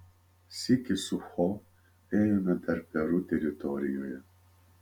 sykį su cho ėjome dar peru teritorijoje